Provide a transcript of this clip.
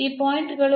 ಈ ಪಾಯಿಂಟ್ ಗಳು